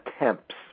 attempts